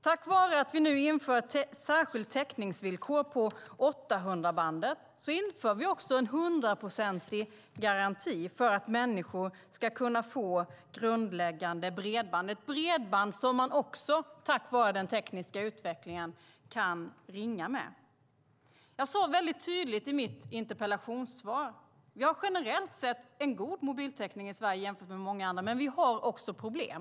Tack vare att vi nu inför ett särskilt täckningsvillkor på 800-bandet inför vi också en hundraprocentig garanti för att människor ska kunna få grundläggande bredband, ett bredband som man också tack vare den tekniska utvecklingen kan ringa med. Jag sade väldigt tydligt i mitt interpellationssvar att vi generellt sett har en god mobiltäckning i Sverige jämfört med många andra länder men också att vi har problem.